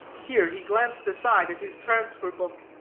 here he glanced aside at his transfer-book,